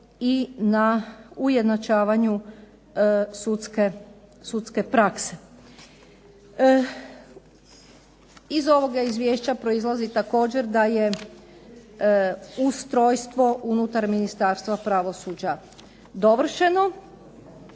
i na ujednačavanju sudske prakse. Iz ovoga izvješća proizlazi također da je ustrojstvo unutar Ministarstva pravosuđa dovršeno